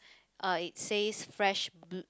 uh it says fresh